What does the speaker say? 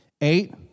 Eight